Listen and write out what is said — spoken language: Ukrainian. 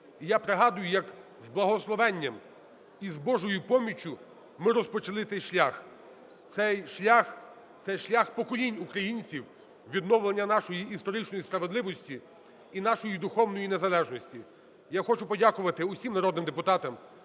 І я пригадую, як з благословення і з Божою поміччю ми розпочали цей шлях, цей шлях поколінь українців відновлення нашої історичної справедливості і нашої духовної незалежності. Я хочу подякувати усім народним депутатам.